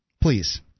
Please